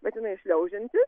bet jinai šliaužianti